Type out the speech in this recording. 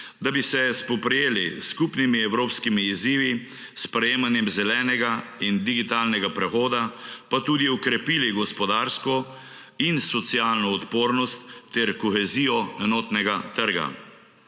da bi se spoprijeli s skupnimi evropskimi izzivi, s sprejemanjem zelenega in digitalnega prehoda pa tudi okrepili gospodarsko in socialno odpornost ter kohezijo enotnega trga.